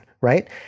right